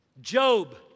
Job